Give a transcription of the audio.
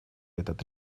этот